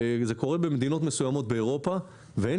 זה קורה במדינות מסוימות באירופה ואין